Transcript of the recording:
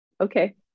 Okay